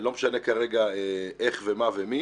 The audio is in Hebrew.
לא משנה כרגע איך, מה ומי